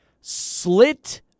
slit